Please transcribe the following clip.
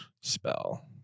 spell